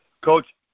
Coach